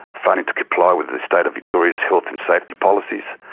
failing to comply with the state of victoria's health and safety policies,